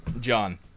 John